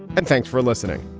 and thanks for listening